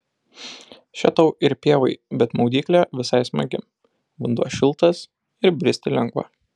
še tau ir pievai bet maudyklė visai smagi vanduo šiltas ir bristi lengva